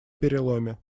переломе